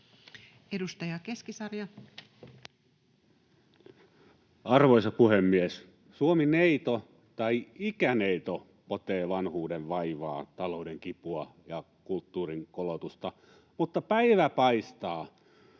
Content: Arvoisa puhemies! Suomi-neito, tai -ikäneito, potee vanhuudenvaivaa, talouden kipua ja kulttuurin kolotusta, mutta päivä paistaa.